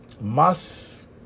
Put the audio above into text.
Mas